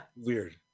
Weird